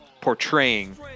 portraying